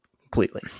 completely